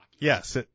Yes